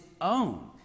own